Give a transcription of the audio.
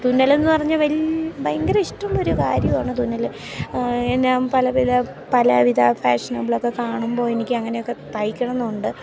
തുന്നലെന്നു പറഞ്ഞാൽ വലിയ ഭയങ്കര ഇഷ്ടമുള്ളൊരു കാര്യമാണ് തുന്നൽ ഞാൻ പല പല പലവിധ ഫാഷനബിളൊക്കെ കാണുമ്പോൾ എനിക്ക് അങ്ങനെയൊക്കെ തയ്ക്കണം എന്നുണ്ട്